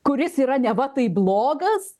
kuris yra neva tai blogas